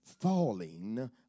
falling